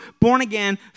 born-again